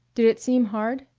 did it seem hard?